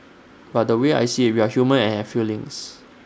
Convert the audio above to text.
but the way I see IT we are human and have feelings